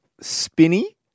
spinny